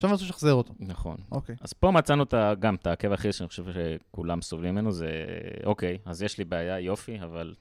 שוב אז הוא שחזר אותו. נכון. אוקיי. אז פה מצאנו גם את העקב האחרי שאני חושב שכולם סובלים ממנו, זה אוקיי, אז יש לי בעיה, יופי, אבל...